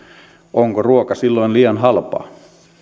onko ruoka silloin liian halpaa